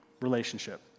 relationship